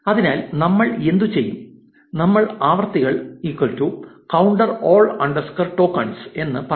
അതിനാൽ നമ്മൾ എന്തു ചെയ്യും നമ്മൾ ആവൃത്തികൾ കൌണ്ടർ ഓൾ അണ്ടർസ്കോർ ടോക്കൻസ് എന്ന് പറയും